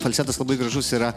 falcetas labai gražus yra